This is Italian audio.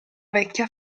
vecchia